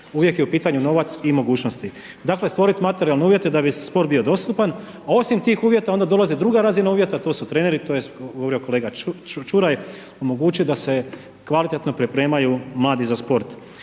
je u pitanju novac i mogućnosti, dakle stvorit materijalne uvjete da bi sport bio dostupan, a osim tih uvjeta ona dolazi druga razina uvjeta to su treneri, to je govorio kolega Ćuraj, omogućit da se kvalitetno pripremaju mladi za sport.